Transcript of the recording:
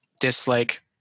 dislike